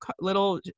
little